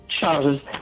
charges